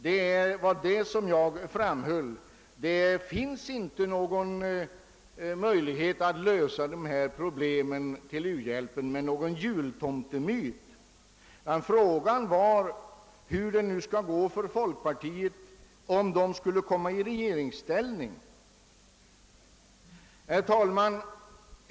Det var detta jag framhöll. Det finns inte någon möjlighet att lösa u-hjälpsproblemen med någon jultomtemyt. Den fråga jag ställde var hur det skall gå för folkpartiet, om partiet kommer i regeringsställning. Herr talman!